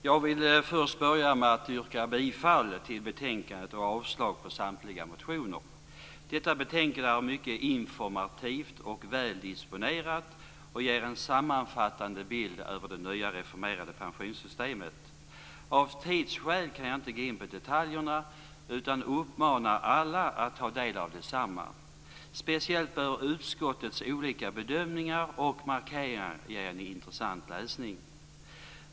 Herr talman! Jag vill börja med att yrka bifall till hemställan i betänkandet och avslag på samtliga reservationer. Detta betänkande är mycket informativt och väldisponerat och ger en sammanfattande bild av det nya reformerade pensionssystemet. Av tidsskäl kan jag inte gå in på detaljerna, utan jag uppmanar alla att ta del av detsamma. Speciellt bör utskottets olika bedömningar och markeringar ge en intressant läsning.